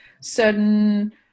certain